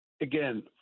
again